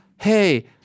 Hey